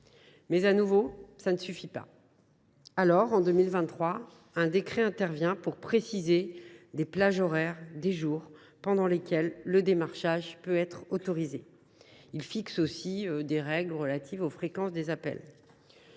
Mais, de nouveau, cela ne suffit pas. Alors, en 2023, un décret est venu préciser les plages horaires et les jours pendant lesquels le démarchage est autorisé. Ce décret fixe aussi des règles relatives aux fréquences des appels.